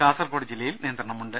കാസർകോട് ജില്ലയിൽ നിയന്ത്രണമുണ്ട്